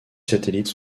satellite